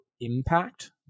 impact